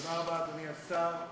תודה רבה, אדוני השר.